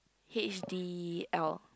H_D_L